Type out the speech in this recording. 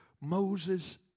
Moses